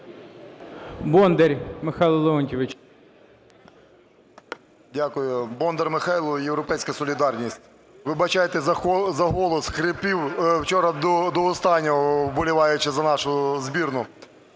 БОНДАР М.Л. Дякую. Бондар Михайло, "Європейська солідарність". Вибачайте за голос, хриплю, вчора до останнього, вболіваючи за нашу збірну.